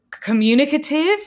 communicative